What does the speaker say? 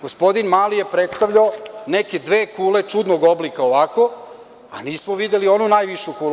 Gospodin Mali je predstavljao neke dve kule, čudnog oblika ovako, a nismo videli onu najvišu kulu.